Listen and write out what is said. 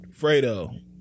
Fredo